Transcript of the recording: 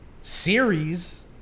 series